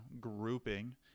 grouping